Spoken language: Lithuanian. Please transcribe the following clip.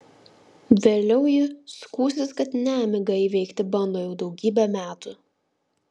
vėliau ji skųsis kad nemigą įveikti bando jau daugybę metų